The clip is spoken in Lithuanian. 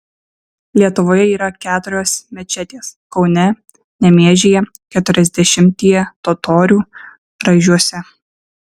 lietuvoje yra keturios mečetės kaune nemėžyje keturiasdešimtyje totorių raižiuose